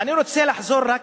אני רוצה לחזור רק,